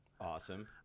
Awesome